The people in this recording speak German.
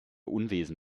unwesen